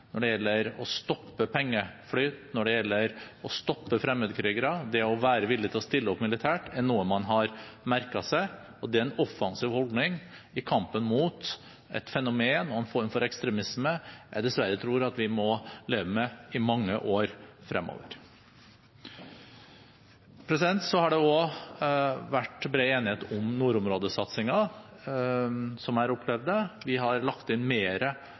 når det gjelder å stoppe pengeflyt, når det gjelder å stoppe fremmedkrigere og det å være villig til å stille opp militært, er noe man har merket seg. Det er en offensiv holdning i kampen mot et fenomen og en form for ekstremisme jeg dessverre tror at vi må leve med i mange år fremover. Så har det også vært bred enighet om nordområdesatsingen, slik jeg har opplevd det. Vi har lagt inn